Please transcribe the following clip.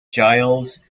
giles